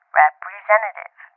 representative